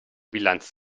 bilanz